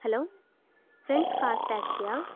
hello friends car டேக்சியா